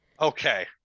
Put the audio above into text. Okay